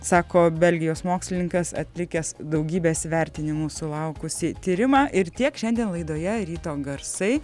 sako belgijos mokslininkas atlikęs daugybės vertinimų sulaukusį tyrimą ir tiek šiandien laidoje ryto garsai